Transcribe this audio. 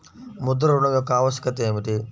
ముద్ర ఋణం యొక్క ఆవశ్యకత ఏమిటీ?